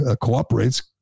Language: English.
cooperates